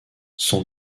son